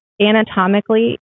anatomically